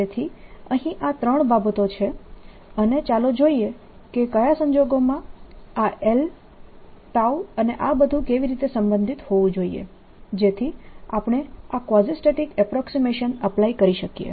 તેથી અહીં આ ત્રણ બાબતો છે અને ચાલો જોઈએ કે કયા સંજોગોમાં આ l અને આ બધુ કેવી રીતે સંબંધિત હોવું જોઈએ જેથી આપણે આ કવાઝીસ્ટેટીક અપ્રોક્સીમેશન એપ્લાય કરી શકીએ